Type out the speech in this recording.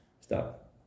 Stop